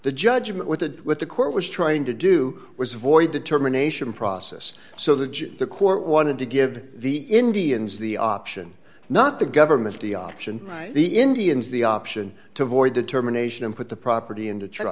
the judgment with the with the court was trying to do was void determination process so that the court wanted to give the indians the option not the government of the option the indians the option to void determination and put the property in